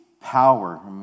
power